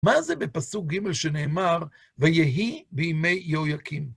מה זה בפסוק ג' שנאמר, ויהי בימי יהויקים?